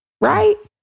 right